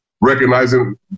recognizing